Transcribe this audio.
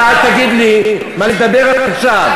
אתה אל תגיד לי מה לדבר עכשיו.